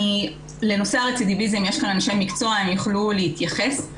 לנושא הרצידיביזם יש כאן אנשי מקצוע והם יוכלו להתייחס,